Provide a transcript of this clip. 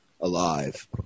alive